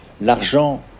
L'argent